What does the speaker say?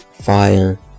Fire